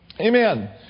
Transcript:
Amen